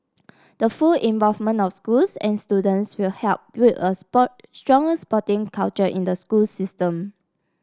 the full involvement of schools and students will help build a sport stronger sporting culture in the school system